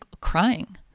crying